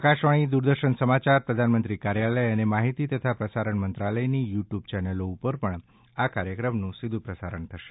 આકાશવાણી દૂરદર્શન સમાચાર પ્રધાનમંત્રી કાર્યાલય અને માહિતી તથા પ્રસારણ મંત્રાલયની યૂ ટ્યૂબ ચેનલો ઉપર પણ આ કાર્યક્રમનું સીધું પ્રસારણ થશે